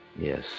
Yes